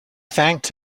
thanked